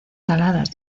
saladas